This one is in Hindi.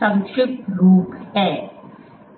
संक्षिप्त रूप है